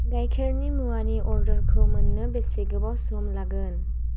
गायखेरनि मुवानि अर्डारखौ मोननो बेसे गोबाव सम लागोन